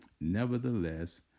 nevertheless